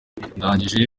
ndangije